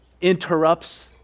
interrupts